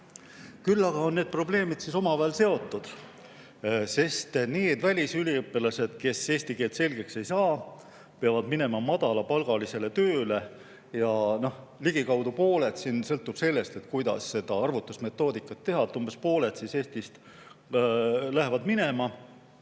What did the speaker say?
Samas on need probleemid omavahel seotud, sest need välisüliõpilased, kes eesti keelt selgeks ei saa, peavad minema madalapalgalisele tööle. Ja ligikaudu pooled – kõik sõltub sellest, kuidas seda arvutusmetoodikat teha – lähevad Eestist minema.